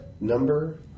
number